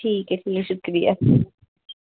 ठीक ऐ ठीक शुक्रिया